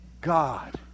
God